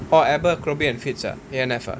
orh Abercrombie & Fitch ah A&F ah